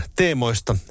teemoista